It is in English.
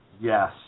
Yes